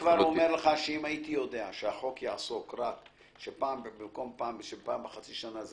אם הייתי יודע שהחוק ידבר רק על פעם בחודשיים במקום פעם בחצי שנה,